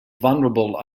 vulnerable